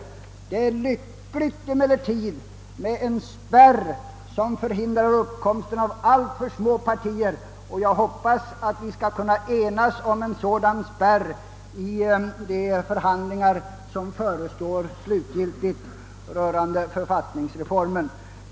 Emellertid är det lyckligt med en spärr som motverkar alltför små partier, och jag hoppas att vi skall kunna enas om en sådan spärr vid de slutgiltiga förhandlingar som förestår rörande författningsreformen.